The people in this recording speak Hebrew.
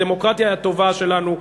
הדמוקרטיה הטובה שלנו,